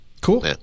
Cool